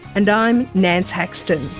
and i'm nance haxton